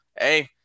Hey